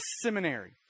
seminary